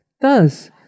Thus